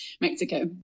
Mexico